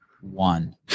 one